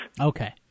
Okay